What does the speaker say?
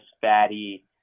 fatty